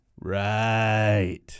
Right